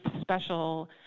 special